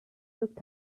looked